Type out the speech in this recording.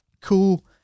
cool